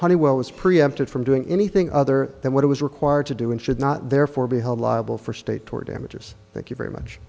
honeywell was preempted from doing anything other than what it was required to do and should not therefore be held liable for state or damages thank you very much